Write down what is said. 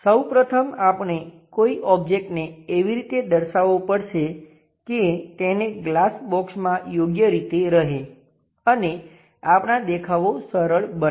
સૌ પ્રથમ આપણે કોઈ ઓબ્જેક્ટને એવી રીતે દર્શાવવો પડશે કે તેને ગ્લાસ બોક્સમાં યોગ્ય રીતે રહે અને આપણાં દેખાવો સરળ બને